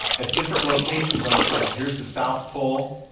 ah at different locations on the planet. here's the south pole,